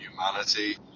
humanity